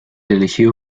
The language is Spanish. elegido